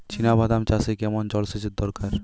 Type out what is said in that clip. চিনাবাদাম চাষে কেমন জলসেচের দরকার?